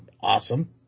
awesome